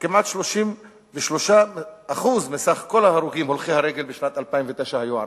כמעט 33% מכלל ההרוגים הולכי הרגל בשנת 2009 היו ערבים.